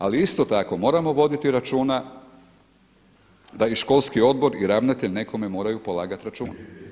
Ali isto tako moramo voditi računa da i školski odbor i ravnatelj nekome moraju polagati račun.